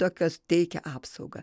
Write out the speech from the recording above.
tokios teikia apsaugą